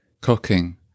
cooking